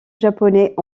japonais